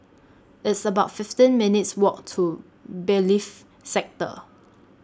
It's about fifteen minutes' Walk to Bailiffs' Sector